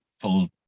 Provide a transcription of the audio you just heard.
full